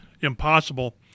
impossible